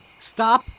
Stop